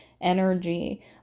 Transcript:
energy